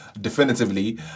definitively